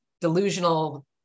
delusional